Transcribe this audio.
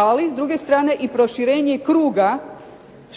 ali s druge strane i proširenje kruga